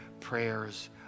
prayers